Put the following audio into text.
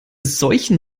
solchen